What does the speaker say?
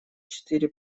четыре